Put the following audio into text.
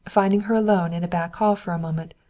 finding her alone in a back hall for a moment,